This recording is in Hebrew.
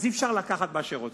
אז אי-אפשר לקחת מה שרוצים.